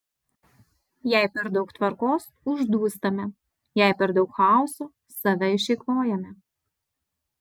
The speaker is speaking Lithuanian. jei per daug tvarkos uždūstame jei per daug chaoso save išeikvojame